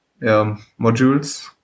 modules